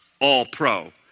all-pro